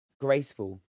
graceful